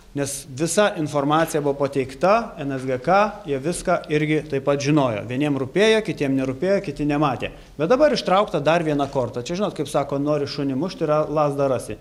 nes visa informacija buvo pateikta nsgk jie viską irgi taip pat žinojo vieniem rūpėjo kitiem nerūpėjo kiti nematė bet dabar ištraukta dar viena korta čia žinot kaip sako nori šunį mušti yra lazdą rasi